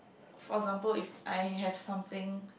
for example if I have something